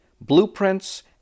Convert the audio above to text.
blueprints